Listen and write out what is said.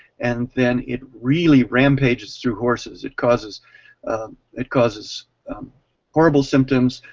and then it really rampages through horses it causes it causes horrible symptoms,